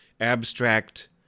abstract